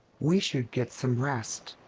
we should get some rest.